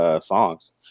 songs